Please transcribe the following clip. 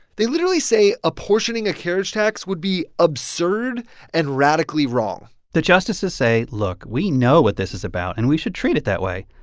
they literally say apportioning a carriage tax would be absurd and radically wrong the justices say, look we know what this is about, and we should treat it that way.